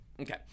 Okay